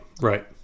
right